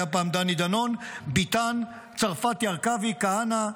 היה פעם דני דנון, ביטן, צרפתי הרכבי, כהנא,